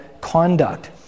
conduct